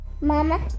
Mama